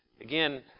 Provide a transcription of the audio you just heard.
again